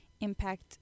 impact